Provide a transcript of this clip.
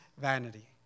vanity